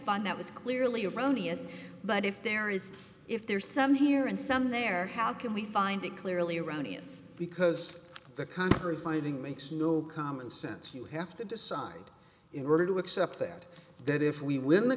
find that was clearly erroneous but if there is if there are some here and some there how can we find it clearly erroneous because the contrary finding makes no common sense you have to decide right in order to accept that that if we win the